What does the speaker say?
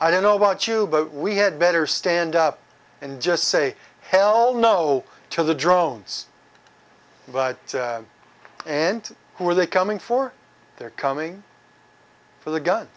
i don't know about you but we had better stand up and just say hell no to the drones but and who are they coming for they're coming for the gun